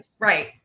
Right